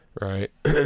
Right